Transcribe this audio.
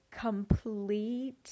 complete